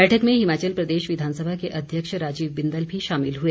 बैठक में हिमाचल प्रदेश विधानसभा के अध्यक्ष राजीव बिंदल भी शामिल हुए